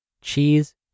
cheese